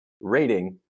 rating